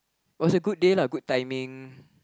was a good day lah good timing